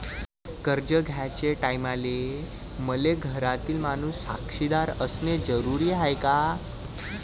कर्ज घ्याचे टायमाले मले घरातील माणूस साक्षीदार असणे जरुरी हाय का?